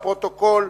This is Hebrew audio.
לפרוטוקול.